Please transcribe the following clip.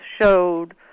showed